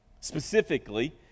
Specifically